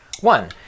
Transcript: One